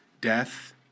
death